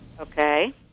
Okay